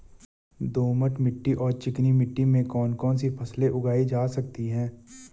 दोमट मिट्टी और चिकनी मिट्टी में कौन कौन सी फसलें उगाई जा सकती हैं?